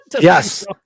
Yes